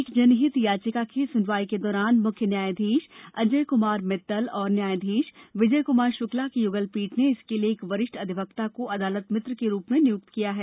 एक जनहित याचिका की सुनवाई के दौरान मुख्य न्यायाधीश अजय क्मार मित्तल और न्यायाधीश विजय कुमार शुक्ला की युगलपीठ ने इसके लिए एक वरिष्ठ अधिवक्ता को अदालत मित्र के रूप में नियुक्त किया है